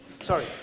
Sorry